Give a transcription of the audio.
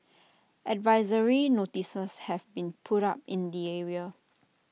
advisory notices have been put up in the area